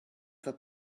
for